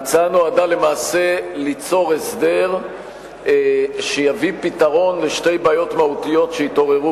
ההצעה נועדה למעשה ליצור הסדר שיביא פתרון לשתי בעיות מהותיות שהתעוררו,